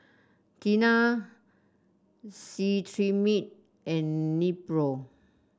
Tena Cetrimide and Nepro